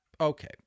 okay